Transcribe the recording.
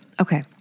Okay